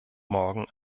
morgen